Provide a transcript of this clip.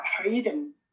freedom